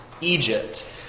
Egypt